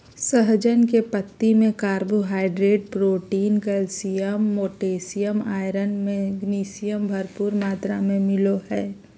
सहजन के पत्ती से carbohydrate, protein, calcium, potassium, iron, magnesium, भरपूर मात्रा में मिलो हइ